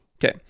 Okay